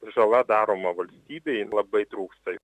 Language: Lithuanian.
žala daroma valstybei labai trūksta